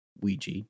Ouija